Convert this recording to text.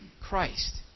Christ